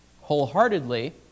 wholeheartedly